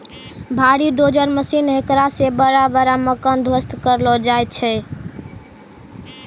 भारी dozer machine हेकरा से बड़ा बड़ा मकान ध्वस्त करलो जाय छै